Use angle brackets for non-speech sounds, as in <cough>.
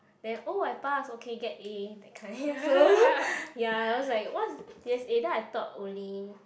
then oh I pass okay get A that kind so <noise> ya I was like what's D_S_A then I thought only